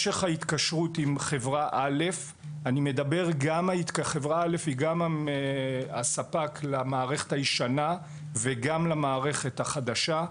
חברה א' היא גם הספק למערכת הישנה וגם למערכת החדשה.